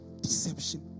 Deception